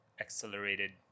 accelerated